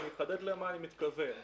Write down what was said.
אני אחדד למה אני מתכוון.